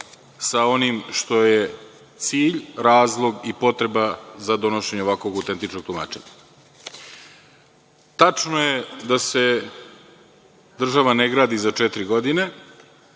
sa onim što je cilj, razlog i potreba za donošenje ovakvog autentičnog tumačenja. Tačno je da se država ne gradi za četiri godine.